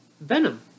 Venom